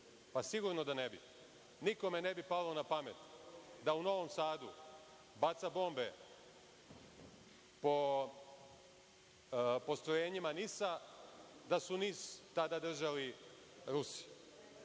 Sigurno da ne bi. Nikome ne bi palo na pamet da u Novom Sadu baca bombe po postrojenjima NIS-a da su NIS tada držali Rusi. Tako